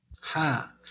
Ha